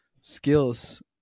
skills